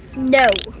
no.